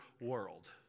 world